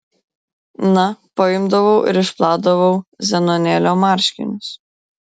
na paimdavau ir išplaudavau zenonėlio marškinius